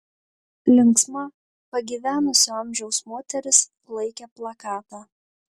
linksma pagyvenusio amžiaus moteris laikė plakatą